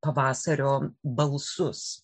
pavasario balsus